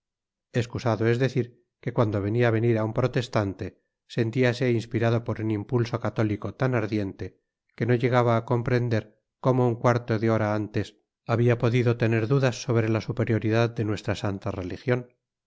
kscusado es decir que cuando veia venir á un protestante sentiase inspirado por un impulso católico tan ardiente que no lie gaba á comprender como un cuarto de hora antes babia podido tener dudas sobre la superioridad de nuestra santa religion